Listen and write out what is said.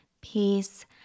peace